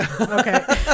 Okay